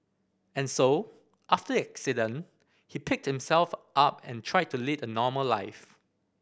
and so after the accident he picked himself up and tried to lead a normal life